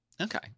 Okay